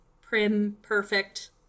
prim-perfect